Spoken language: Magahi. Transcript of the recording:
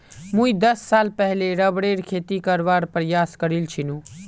मुई दस साल पहले रबरेर खेती करवार प्रयास करील छिनु